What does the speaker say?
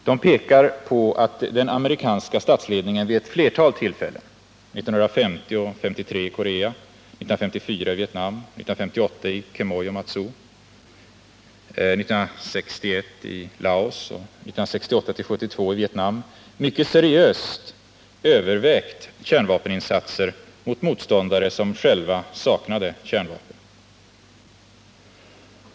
De pekar på att den amerikanska statsledningen vid ett flertal tillfällen — 1950 och 1953 i Korea, 1954 i Vietnam, 1958 i Quemoy och Matsu, 1961 i Laos och 1968-1972 i Vietnam — mycket seriöst övervägt kärnvapeninsatser mot motståndare som själva saknade kärnvapen.